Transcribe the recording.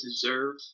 deserve